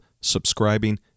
subscribing